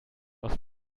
aus